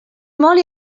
molt